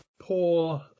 poor